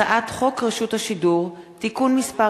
הצעת חוק רשות השידור (תיקון מס'